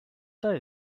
day